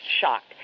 shocked